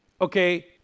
Okay